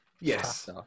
Yes